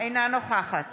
אינה נוכחת